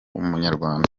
umunyarwanda